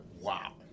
wow